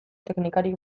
teknikari